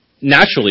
naturally